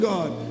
God